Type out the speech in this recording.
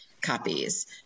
copies